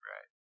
Right